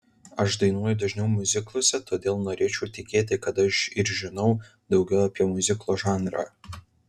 aš dainuoju dažniau miuzikluose todėl norėčiau tikėti kad aš ir žinau daugiau apie miuziklo žanrą